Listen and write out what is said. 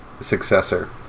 Successor